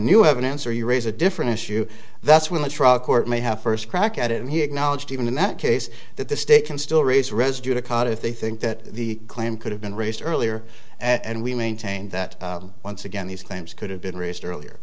new evidence or you raise a different issue that's when the truck court may have first crack at it and he acknowledged even in that case that the state can still raise residue to cot if they think that the claim could have been raised earlier and we maintain that once again these claims could have been raised earlier